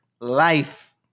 Life